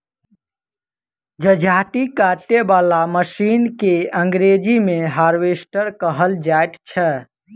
जजाती काटय बला मशीन के अंग्रेजी मे हार्वेस्टर कहल जाइत छै